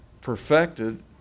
perfected